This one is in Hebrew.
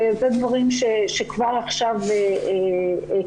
ואלה דברים שכבר עכשיו קיימים.